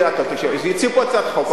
חבר הכנסת אילטוב, תקשיב, הציעו פה הצעת חוק.